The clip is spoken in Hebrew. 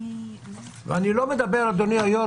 אדוני היושב-ראש,